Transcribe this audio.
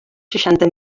seixanta